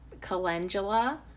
calendula